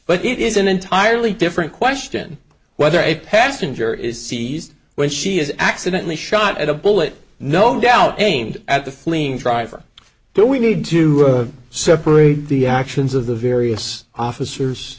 but it is an entirely different question whether a passenger is seized when she is accidently shot at a bullet no doubt aimed at the flame driver but we need to separate the actions of the various officers